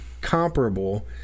comparable